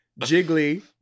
Jiggly